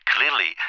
Clearly